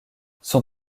son